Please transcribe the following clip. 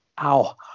ow